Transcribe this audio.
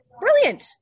brilliant